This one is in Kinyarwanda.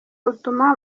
utuma